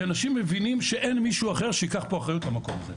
כי אנשים מבינים שאין מישהו אחר שייקח פה אחריות למקום הזה.